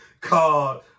called